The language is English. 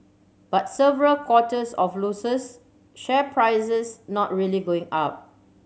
but several quarters of losses share prices not really going up